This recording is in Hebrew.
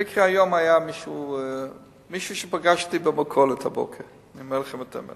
במקרה היום, מישהו שפגשתי במכולת הבוקר ניגש אלי